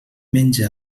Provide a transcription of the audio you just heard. menja